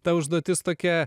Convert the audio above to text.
ta užduotis tokia